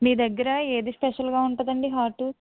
మీ దగ్గర ఏది స్పెషల్గా ఉంటుందండి హాటు